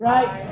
Right